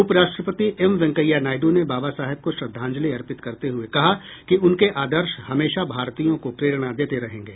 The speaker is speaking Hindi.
उपराष्ट्रपति एम वेंकैया नायडू ने बाबा साहेब को श्रद्धांजलि अर्पित करते हुये कहा कि उनके आदर्श हमेशा भारतीय को प्रेरणा देते रहेंगे